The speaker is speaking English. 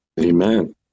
Amen